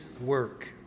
work